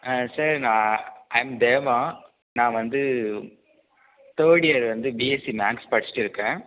sir நான் I am Deva நான் வந்து தேர்டு இயர் வந்து பிஎஸ்சி மேக்ஸ் படிச்சிட்டு இருக்கேன்